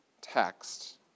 text